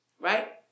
right